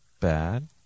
bad